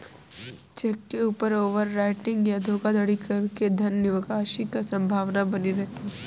check के ऊपर overwriting या धोखाधड़ी करके धन निकासी की संभावना बनी रहती है